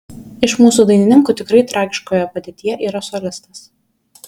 iš mūsų dainininkų tikrai tragiškoje padėtyje yra solistas